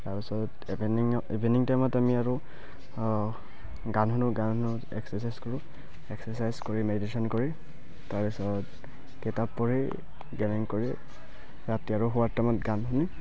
তাৰপিছত evening evening টাইমত আমি আৰু গান শুনো গান শুনো এক্সাৰচাইজ কৰোঁ এক্সাৰচাইজ কৰি মেডিটেশ্যন কৰি তাৰপিছত কিতাপ পঢ়ি গেমিং কৰি ৰাতি আৰু শোৱাৰ টাইমত গান শুনি